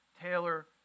Taylor